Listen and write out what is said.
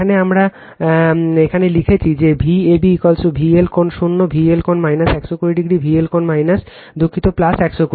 এখানে আমরা এখানে লিখেছি যে Vab VL কোণ শূন্য VL কোণ 120o VL কোণ দুঃখিত 120o